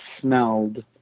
smelled